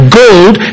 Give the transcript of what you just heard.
gold